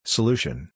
Solution